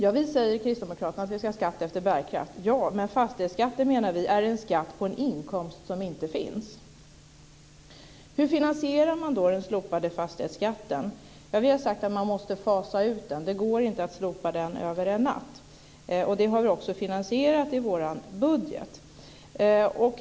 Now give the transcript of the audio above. Kristdemokraterna säger att vi ska ha skatt efter bärkraft. Men vi menar att fastighetsskatten är en skatt på en inkomst som inte finns. Hur finansierar man då ett slopande av fastighetsskatten? Vi har sagt att man måste fasa ut den. Det går inte att slopa den över en natt. Detta har vi också finansierat i vår budget.